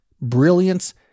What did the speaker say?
brilliance